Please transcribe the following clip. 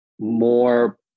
more